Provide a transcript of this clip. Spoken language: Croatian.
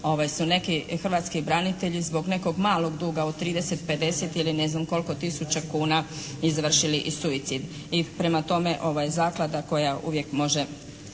da su neki hrvatski branitelji zbog nekog malog duga od 30, 50 ili ne znam koliko tisuća kuna izvršili i suicid. I prema tome ovo je zaklada koja uvijek može,